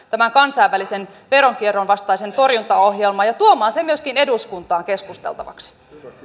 tämän kansainvälisen veronkierron vastaisen torjuntaohjelman ja tuomaan sen myöskin eduskuntaan keskusteltavaksi